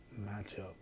matchup